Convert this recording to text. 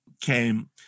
came